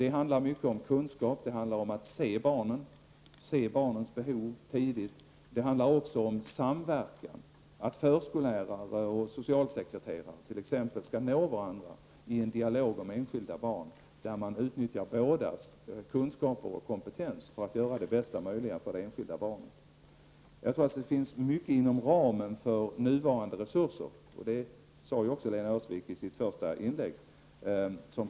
Det handlar mycket om kunskap och om att tidigt se barnens behov. Det handlar också om samverkan, dvs. att t.ex. förskollärare och socialsekreterare kan nå varandra i en dialog om enskilda barn där man utnyttjar bådas kunskaper och kompetens för att göra det bästa möjliga för det enskilda barnet. Jag tror att det finns mycket man kan göra inom ramen för nuvarande resurser, och det sade ju också Lena Öhrsvik i sitt första inlägg.